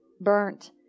Burnt